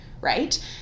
right